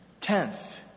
tenth